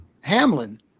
Hamlin